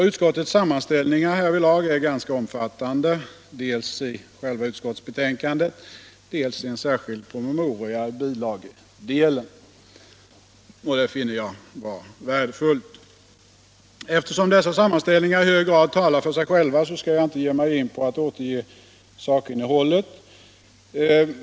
Utskottets sammanställningar härvidlag är ganska omfattande, dels i utskottsbetänkandet, dels i en särskild promemoria i bilagedelen, och det finner jag vara värdefullt. Eftersom dessa sammanställningar i hög grad talar för sig själva, skall jag inte ge mig in på att återge sakinnehållet.